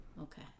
Okay